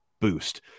boost